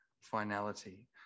finality